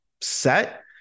set